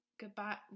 Goodbye